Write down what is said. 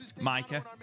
Micah